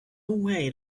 way